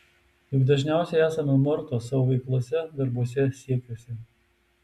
juk dažniausiai esame mortos savo veiklose darbuose siekiuose